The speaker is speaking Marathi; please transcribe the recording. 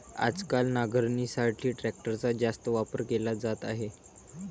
आजकाल नांगरणीसाठी ट्रॅक्टरचा जास्त वापर केला जात आहे